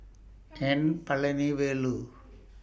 N Palanivelu